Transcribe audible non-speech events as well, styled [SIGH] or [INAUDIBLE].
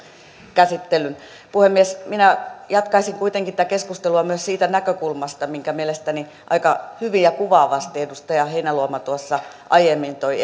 käsittelyn puhemies minä jatkaisin kuitenkin tätä keskustelua myös siitä näkökulmasta minkä mielestäni aika hyvin ja kuvaavasti edustaja heinäluoma tuossa aiemmin toi [UNINTELLIGIBLE]